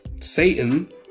Satan